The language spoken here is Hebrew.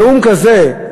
נאום כזה,